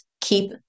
keep